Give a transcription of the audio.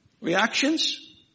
reactions